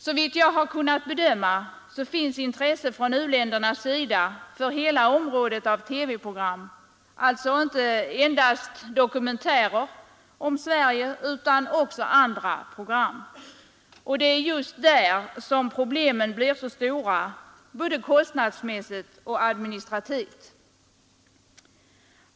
Såvitt jag har kunnat bedöma finns intresse från u-ländernas sida för hela området av TV-program, inte endast för dokumentärer om Sverige utan även för andra program. Det är där problemen blir stora både kostnadsmässigt och administrativt.